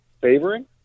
favoring